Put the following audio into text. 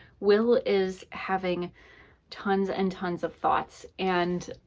will is having tons and tons of thoughts, and